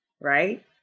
right